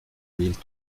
mille